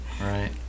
Right